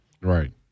Right